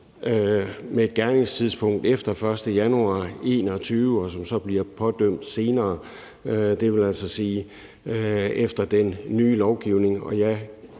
med et gerningstidspunkt efter den 1. januar 2021, og hvor den så bliver pådømt senere, det vil altså sige efter den nye lovgivning.